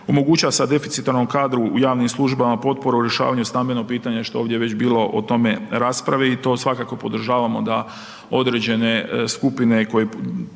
omogućava se deficitarnom kadru u javnim službama potporu rješavanja stambenog pitanja, što je ovdje već bilo o tome rasprave i to svakako podržavamo da određene skupile koje